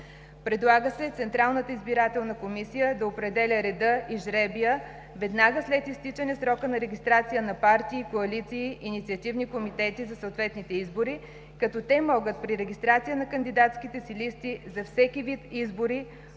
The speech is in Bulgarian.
Предлага се Централната избирателна комисия да определя реда и жребия веднага след изтичане срока на регистрация на партии, коалиции, инициативни комитети за съответните избори, като те могат при регистрация на кандидатските си листи за всеки вид избори